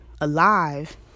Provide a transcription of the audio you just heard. alive